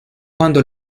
cuando